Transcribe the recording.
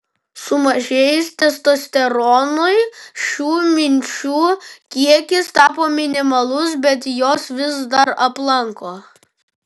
sumažėjus testosteronui šių minčių kiekis tapo minimalus bet jos vis dar aplanko